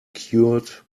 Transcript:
cured